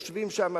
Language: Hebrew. יושבים שם,